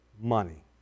money